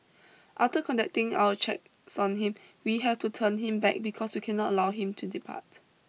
after conducting our checks on him we have to turn him back because we cannot allow him to depart